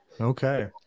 Okay